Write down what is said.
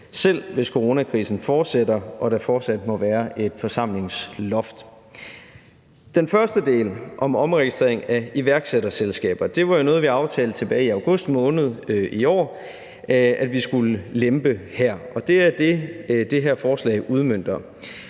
selv hvis coronakrisen fortsætter og der fortsat må være et forsamlingsloft. Men den første del om omregistrering af iværksætterselskaber var jo noget, som vi aftale tilbage i august måned i år, nemlig at vi skulle lempe her, og det er det, som det her forslag udmønter.